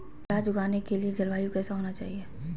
प्याज उगाने के लिए जलवायु कैसा होना चाहिए?